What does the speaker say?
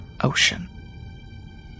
ocean